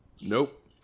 Nope